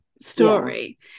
story